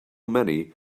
many